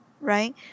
right